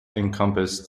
encompassed